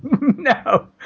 No